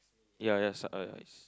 ya ya so uh